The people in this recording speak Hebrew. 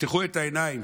תפתחו את העיניים,